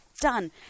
done